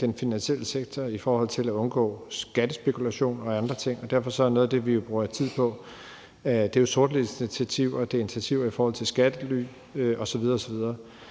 den finansielle sektor i forhold til at undgå skattespekulation og andre ting. Derfor er noget af det, vi bruger tid på, sortlisteinitiativer, og det er initiativer i forhold til skattely osv. osv.